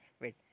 wait